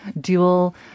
dual